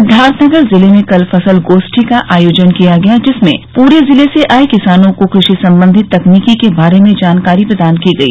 सिद्दार्थनगर जिले में कल फसल गोष्ठी का आयोजन किया गया जिसमें पूरे जिले से आये किसानों को कृषि संबंधी तकनीकी के बारे में जानकारी प्रदान की गई